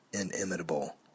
inimitable